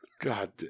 God